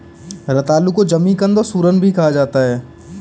रतालू को जमीकंद और सूरन भी कहा जाता है